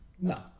no